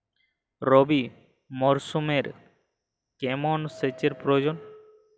রবি মরশুমে কেমন সেচের প্রয়োজন?